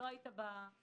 לא היית בשיחה,